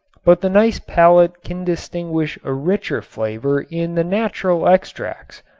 but the nice palate can distinguish a richer flavor in the natural extracts,